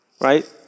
right